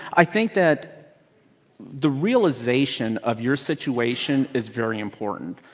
i think that the realization of your situation is very important.